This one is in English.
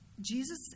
Jesus